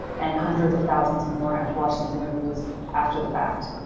and hundreds of thousands more have watched these interviews after the fact.